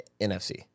NFC